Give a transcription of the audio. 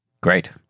Great